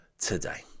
today